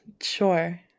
Sure